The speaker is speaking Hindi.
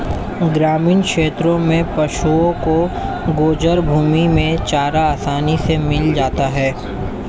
ग्रामीण क्षेत्रों में पशुओं को गोचर भूमि में चारा आसानी से मिल जाता है